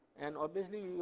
and obviously,